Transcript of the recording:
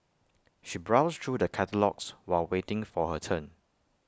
she browsed through the catalogues while waiting for her turn